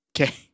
Okay